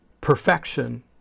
perfection